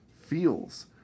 feels